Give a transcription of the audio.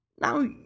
now